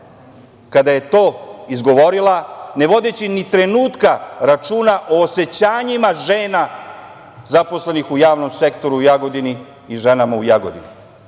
kada je to izgovorila, ne vodeći ni trenutka računa o osećanjima žena zaposlenih u javnom sektoru u Jagodini i ženama u Jagodini.O